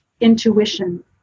intuition